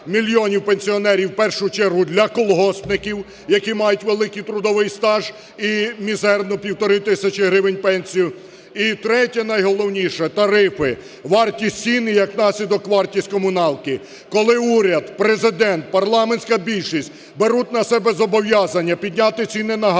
мільйонів пенсіонерів, в першу чергу для колгоспників, які мають великий трудовий стаж і мізерну півтори тисячі гривень пенсію. І третє найголовніше – тарифи, вартість цін і як наслідок вартість комуналки. Коли уряд, Президент, парламентська більшість беруть на себе зобов'язання підняти ціни на газ,